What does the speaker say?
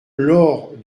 laure